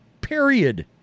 period